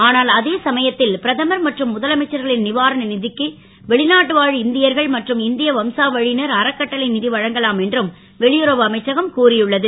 ஆனால் அதே சமயத் ல் பிரதமர் மற்றும் முதலமைச்சர்களின் வாரண க்கு வெளிநாட்டு வா இந் யர்கள் மற்றும் இந் ய வம்சாவ னர் அறக்கட்டளை வழங்கலாம் என்றும் வெளியுறவு அமைச்சகம் கூறியுள்ளது